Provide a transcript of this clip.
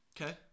Okay